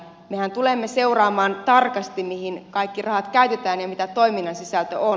mehän tulemme seuraamaan tarkasti mihin kaikki rahat käytetään ja mitä toiminnan sisältö on